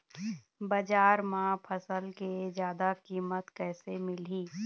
बजार म फसल के जादा कीमत कैसे मिलही?